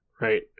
Right